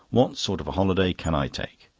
what sort of a holiday can i take?